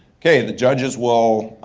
okay, the judges will